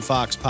Fox